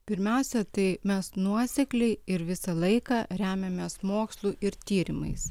pirmiausia tai mes nuosekliai ir visą laiką remiamės mokslu ir tyrimais